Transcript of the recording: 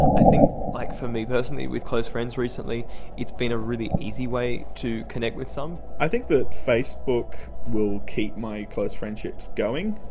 i think like for me personally with close friends recently it's been a really easy way to connect with some. i think that facebook will keep my close friendships going.